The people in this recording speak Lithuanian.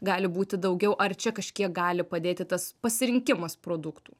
gali būti daugiau ar čia kažkiek gali padėti tas pasirinkimas produktų